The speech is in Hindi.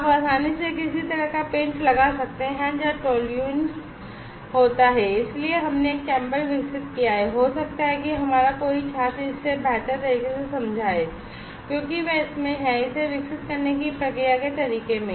आप आसानी से किसी तरह का पेंट लगा सकते हैं जहां toluene होता है इसलिए हमने एक चैम्बर विकसित किया है हो सकता है कि हमारा कोई छात्र इसे बेहतर तरीके से समझाएगा क्योंकि वह इसमें है इसे विकसित करने की प्रक्रिया के तरीके में